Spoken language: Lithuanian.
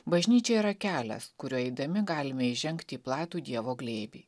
bažnyčia yra kelias kuriuo eidami galime įžengti į platų dievo glėbį